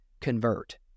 convert